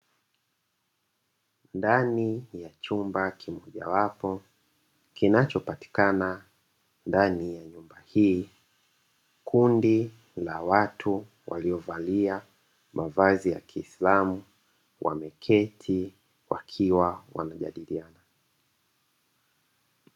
Ndani ya chumba kimojawapo, kinachopatikana ndani ya nyumba hii, kundi la watu walio valia mavazi ya kiislamu, wameketi wakiwa wanajadiliana.